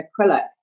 acrylic